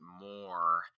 more